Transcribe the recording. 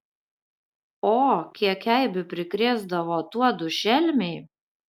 o kiek eibių prikrėsdavo tuodu šelmiai